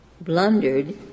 blundered